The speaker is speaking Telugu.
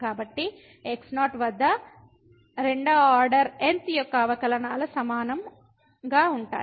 కాబట్టి x0 వద్ద 2 ఆర్డర్ n యొక్క అవకలనాలు సమానంగా ఉంటాయి